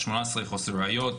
18 אחוז - חוסר ראיות.